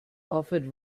offered